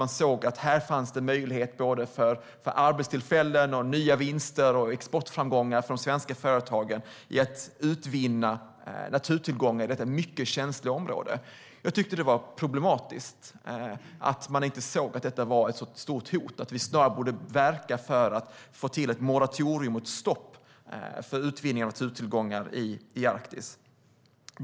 Man såg att det fanns möjligheter till arbetstillfällen, till nya vinster och till exportframgångar för de svenska företagen i ett utvinna naturtillgångar i detta mycket känsliga område. Jag tyckte att det var problematiskt att man inte såg att detta var ett så stort hot och att vi snarare borde verka för att få till ett moratorium och ett stopp för utvinning av naturtillgångar i Arktis.